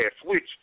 Switch